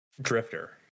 drifter